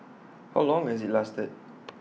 how long has IT lasted